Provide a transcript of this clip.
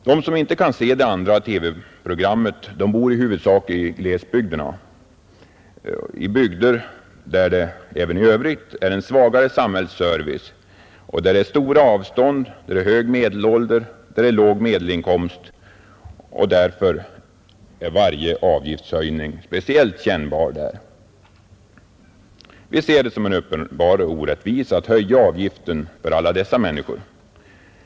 De som ej kan se det andra TV-programmet bor i huvudsak inom glesbygderna, där det även i övrigt är en svagare samhällsservice, där det är stora avstånd, där det är hög medelålder och där det är låg medelinkomst, varför varje avgiftshöjning är speciellt kännbar. Vi ser det som en uppenbar orättvisa att höja avgiften för alla dessa människor.